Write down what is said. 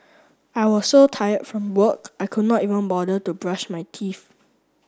I was so tired from work I could not even bother to brush my teeth